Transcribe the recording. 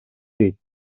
дейт